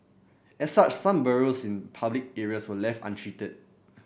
as such some burrows in public areas were left untreated